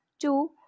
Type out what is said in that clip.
Two